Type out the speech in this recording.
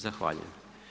Zahvaljujem.